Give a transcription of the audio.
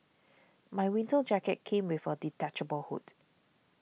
my winter jacket came with a detachable hood